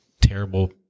terrible